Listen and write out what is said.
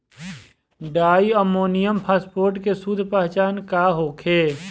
Di ammonium phosphate के शुद्ध पहचान का होखे?